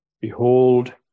Behold